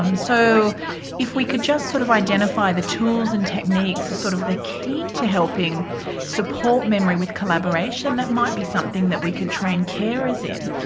um so if we could just sort of identify the tools and techniques as sort of the key to helping support memory with collaboration it might be something that we could train carers in.